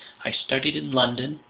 i studied in london,